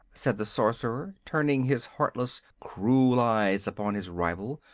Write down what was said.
said the sorcerer, turning his heartless, cruel eyes upon his rival.